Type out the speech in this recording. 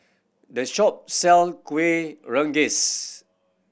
this shop sell Kuih Rengas